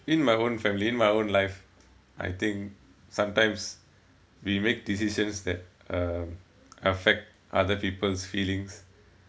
in my own family in my own life I think sometimes we make decisions that um affect other people's feelings